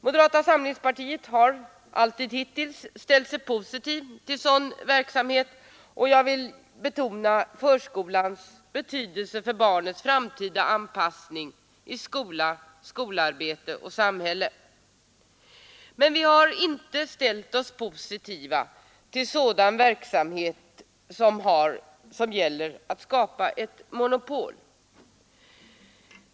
Moderata samlingspartiet har alltid hittills ställt sig positivt till sådan verksamhet, och jag vill betona förskolans betydelse för barnets framtida anpassning i skolarbete och samhälle. Men vi har inte ställt oss positiva till sådan verksamhet som avser att skapa ett monopol.